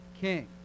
king